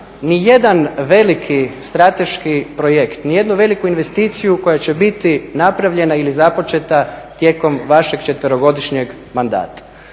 ni jedan veliki strateški projekt, ni jednu veliku investiciju koja će biti napravljena ili započeta tijekom vašeg četverogodišnjeg mandata.